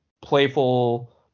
playful